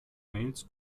wales